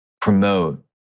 Promote